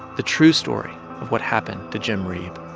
the true story of what happened to jim reeb